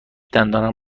دندانم